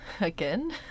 Again